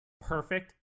perfect